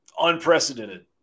unprecedented